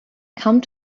come